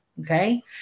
Okay